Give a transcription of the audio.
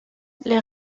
les